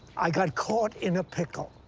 i got caught in a pickle.